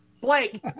Blake